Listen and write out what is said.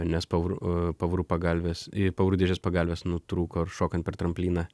nes pavarų pavarų pagalvės pavarų dėžės pagalvės nutrūko ir šokant per trampliną